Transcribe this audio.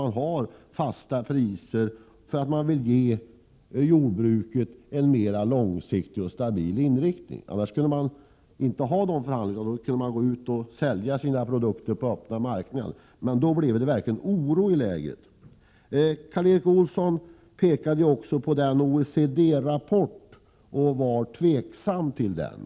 Man vill ha fasta priser för att kunna ge jordbruket en mer långsiktig och stabil inriktning. I annat fall kunde jordbrukarna sälja sina produkter på den öppna marknaden, men då skulle det verkligen bli oro i lägret. Karl Erik Olsson nämnde också OECD-rapporten, och han var tveksam till den.